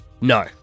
no